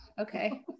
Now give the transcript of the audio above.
okay